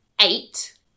eight